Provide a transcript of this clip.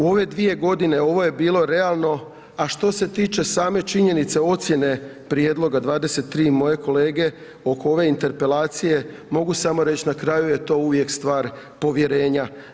U ove 2 godine ovo je bilo realno a što se tiče same činjenice ocjene prijedloga 23, moje kolege oko ove interpelacije mogu samo reći na kraju je to uvijek stvar povjerenja.